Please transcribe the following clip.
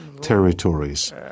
territories